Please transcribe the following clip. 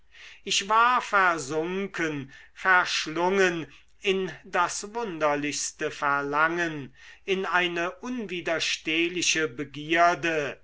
ich war versunken verschlungen in das wunderlichste verlangen in eine unwiderstehliche begierde